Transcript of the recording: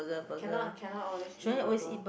cannot cannot always eat burger